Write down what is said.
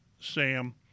Sam